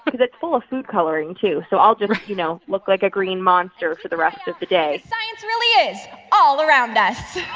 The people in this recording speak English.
because it's full of food coloring, too. so i'll just. right. you know, look like a green monster for the rest of the day cause science really is all around us